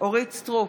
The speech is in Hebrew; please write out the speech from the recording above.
אורית מלכה סטרוק,